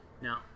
Now